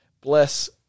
bless